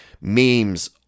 memes